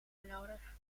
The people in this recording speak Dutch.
nodig